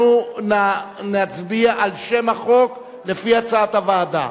אנחנו נצביע על שם החוק לפי הצעת הוועדה.